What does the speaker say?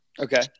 Okay